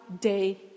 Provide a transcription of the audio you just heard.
day